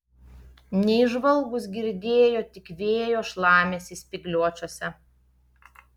neįžvalgūs girdėjo tik vėjo šlamesį spygliuočiuose